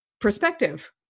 perspective